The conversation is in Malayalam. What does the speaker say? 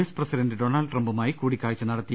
എസ് പ്രസിഡന്റ് ഡൊണാൾഡ് ട്രംപുമായി കൂടിക്കാഴ്ച നടത്തി